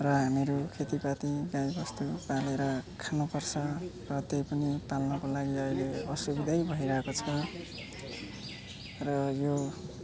र हामीहरू खेतीपाती गाई बस्तु पालेर खानु पर्छ र त्यही पनि पाल्नको लागि अहिले असुविधा भइरहेको छ र यो